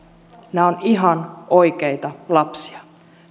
nämä ovat ihan oikeita lapsia